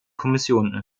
kommission